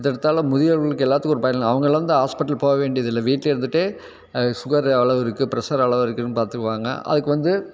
இந்த திட்டத்தால் முதியவர்களுக்கு எல்லாத்துக்கும் ஒரு பயன் அவங்களெலாம் வந்து ஹாஸ்ப்பிட்டல் போக வேண்டியது இல்லை வீட்டில் இருந்துகிட்டே சுகர் எவ்வளோ இருக்குது ஃப்ரஷர் எவ்வளோ இருக்குதுன்னு பார்த்துக்குவாங்க அதுக்கு வந்து